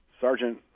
Sergeant